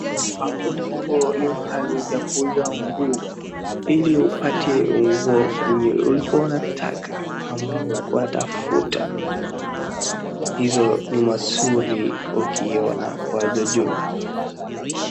Hapo ndipo ndio hali ya kuuza nguo, ili upate nguo yenye ulikuwa unataka ama ulikuwa unatafuta, hizo ni mazuri ukiiona kwa juu juu.